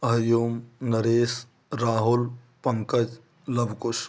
Hariom Naresh Rahul Pankaj Luv Kush